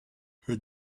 her